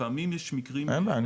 לפעמים יש מקרים --- אין בעיה,